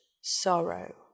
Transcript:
sorrow